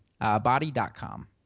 body.com